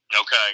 Okay